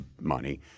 money